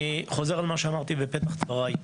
אני חוזר על מה שאמרתי בפתח דבריי.